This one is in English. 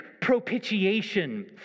propitiation